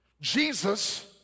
Jesus